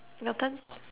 your turn